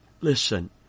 Listen